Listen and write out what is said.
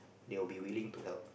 they'll be willing to help